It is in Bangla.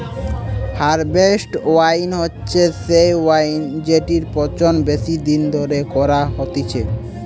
হারভেস্ট ওয়াইন হচ্ছে সেই ওয়াইন জেটির পচন বেশি দিন ধরে করা হতিছে